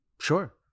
Sure